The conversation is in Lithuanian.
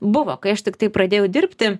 buvo kai aš tiktai pradėjau dirbti